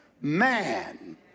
man